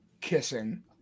kissing